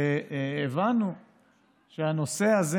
והבנו שהנושא הזה